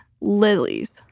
Lilies